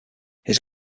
his